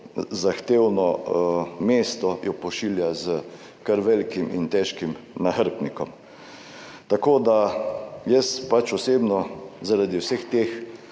zahtevno mesto, jo pošilja s kar velikim in težkim nahrbtnikom. Tako da, jaz osebno, zaradi vseh teh